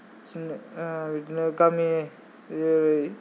बिदिनो गामियै